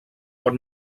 pot